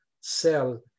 sell